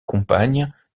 compagne